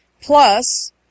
Plus